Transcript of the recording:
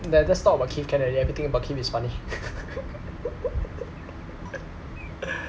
ju~ just talk about keith can already everything about keith is funny